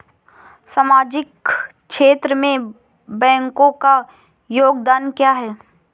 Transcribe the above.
सामाजिक क्षेत्र में बैंकों का योगदान क्या है?